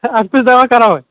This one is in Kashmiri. ہے اَتھ کُس دَوا کَرو